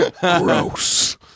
Gross